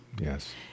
yes